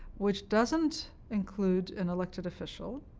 which doesn't include an elected official.